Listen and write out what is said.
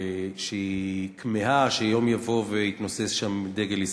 שהיא כמהה שיום יבוא ויתנוסס שם דגל ישראל.